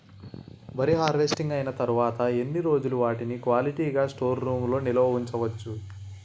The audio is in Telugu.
వరి హార్వెస్టింగ్ అయినా తరువత ఎన్ని రోజులు వాటిని క్వాలిటీ గ స్టోర్ రూమ్ లొ నిల్వ ఉంచ వచ్చు?